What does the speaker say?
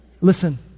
Listen